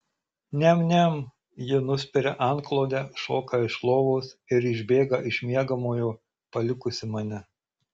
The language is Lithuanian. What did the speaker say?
niam niam ji nuspiria antklodę šoka iš lovos ir išbėga iš miegamojo palikusi mane